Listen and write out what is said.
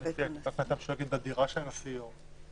שלא יחשבו שזו דירה של הנשיא.